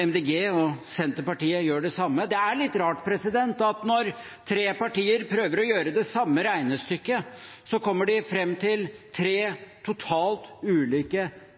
De Grønne og Senterpartiet gjør det samme. Det er litt rart at tre partier som prøver å gjøre det samme regnestykket, kommer fram til tre totalt ulike